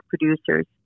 producers